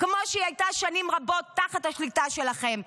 כמו שהיא הייתה שנים רבות תחת השליטה שלכם.